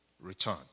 Return